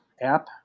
app